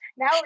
Now